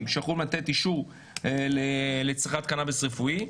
שיכולים לתת אישור לצריכת קנאביס רפואי.